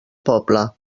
poble